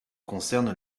concerne